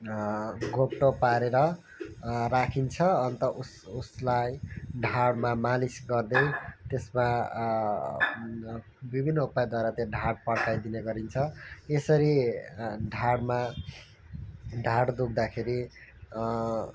घोप्टो पारेर राखिन्छ अन्त उस उसलाई ढाडमा मालिस गर्दै त्यसमा विभिन्न उपायद्वारा त्यो ढाड पढ्काइदिने गरिन्छ यसरी ढाडमा ढाड दुख्दाखेरि